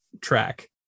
track